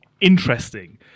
interesting